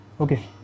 Okay